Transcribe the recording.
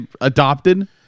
adopted